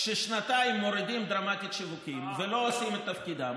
כששנתיים מורידים דרמטית שיווקים ולא עושים את תפקידם,